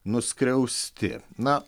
nuskriausti na